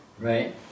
right